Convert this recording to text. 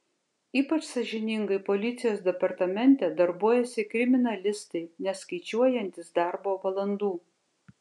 ypač sąžiningai policijos departamente darbuojasi kriminalistai neskaičiuojantys darbo valandų